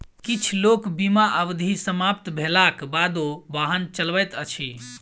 किछ लोक बीमा अवधि समाप्त भेलाक बादो वाहन चलबैत अछि